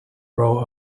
role